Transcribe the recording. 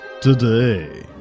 today